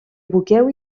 aboqueu